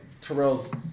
Terrell's